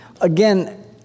Again